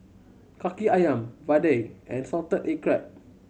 Kaki Ayam vadai and salted egg crab